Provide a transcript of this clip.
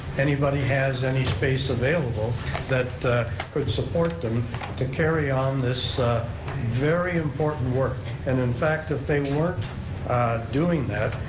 anybody has any space available that could support them to carry on this very important work. and in fact, if they weren't doing that,